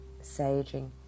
saging